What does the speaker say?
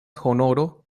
honoro